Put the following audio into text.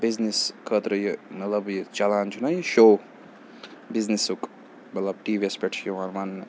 business خٲطرٕ یہِ مطلب یہِ چَلان چھُنہ یہِ شو بِزنسُک مطلب ٹی وی یَس پٮ۪ٹھ چھُ یِوان وَننہٕ